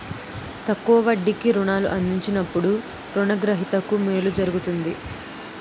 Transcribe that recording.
తక్కువ వడ్డీకి రుణాలు అందించినప్పుడు రుణ గ్రహీతకు మేలు జరుగుతుంది